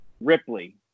Ripley